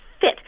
fit